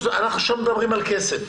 אנחנו עכשיו מדברים על כסף.